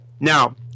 Now